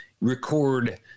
record